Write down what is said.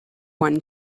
one